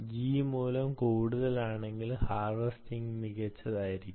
G മൂല്യം കൂടുതലാണെങ്കിൽ harvesting മികച്ചതായിരിക്കും